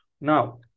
Now